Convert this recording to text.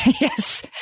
Yes